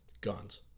Guns